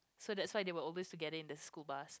so that's why they were always together in the school bus